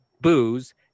booze